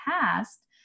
past